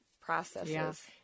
processes